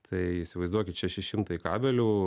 tai įsivaizduokit šeši šimtai kabelių